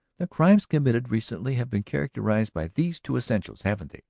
the crimes committed recently have been characterized by these two essentials, haven't they?